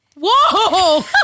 Whoa